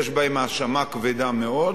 יש בהם האשמה כבדה מאוד